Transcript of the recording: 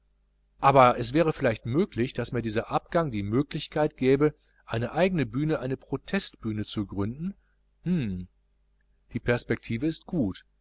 aber es wäre vielleicht möglich daß mir dieser abgang die möglichkeit gäbe eine eigene bühne eine protestbühne zu gründen hm die perspektive ist gut